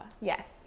Yes